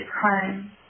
crime